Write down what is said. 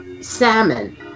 salmon